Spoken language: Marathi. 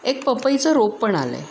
एक पपईचं रोप पण आलं आहे